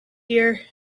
year